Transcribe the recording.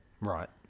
Right